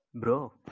Bro